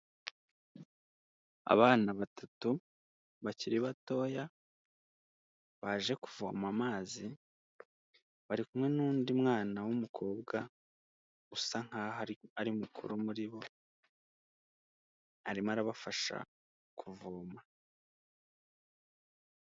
Abana batatu bakiri batoya, baje kuvoma amazi, bari kumwe n'undi mwana w'umukobwa usa nkaho ari mukuru muri bo, arimo arabafasha kuvoma.